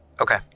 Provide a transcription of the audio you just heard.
Okay